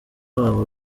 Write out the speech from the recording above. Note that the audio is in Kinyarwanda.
wabo